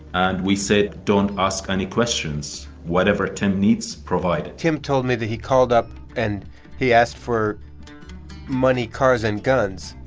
and we said, don't ask any questions whatever tim needs, provide it tim told me that he called up, and he asked for money, cars and guns,